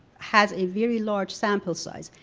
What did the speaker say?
has a very large sample size.